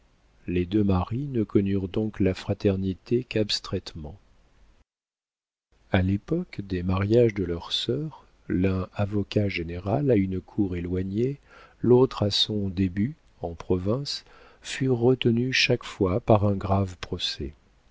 les deux marie ne connurent donc la fraternité qu'abstraitement a l'époque des mariages de leurs sœurs l'un avocat-général à une cour éloignée l'autre à son début en province furent retenus chaque fois par un grave procès